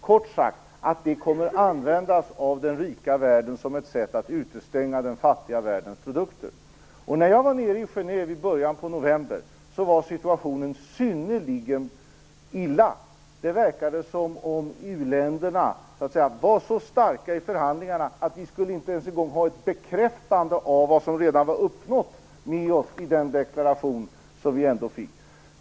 Kort sagt, att de kommer att användas av den rika världen som ett sätt att utestänga den fattiga världens produkter. När jag var nere i Genève i början av november var situationen synnerligen dålig. Det verkade som om u-länderna var så starka i förhandlingarna att vi inte ens skulle ha ett bekräftande av vad som redan var uppnått med oss i den deklaration som vi ändå fick.